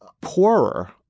poorer